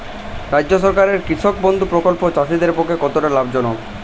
রাজ্য সরকারের কৃষক বন্ধু প্রকল্প চাষীদের পক্ষে কতটা লাভজনক?